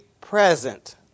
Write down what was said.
present